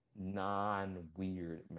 non-weird